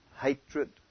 Hatred